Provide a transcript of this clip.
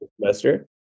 semester